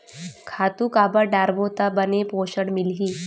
खातु काबर डारबो त बने पोषण मिलही?